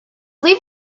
leave